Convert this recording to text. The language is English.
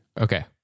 Okay